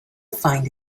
find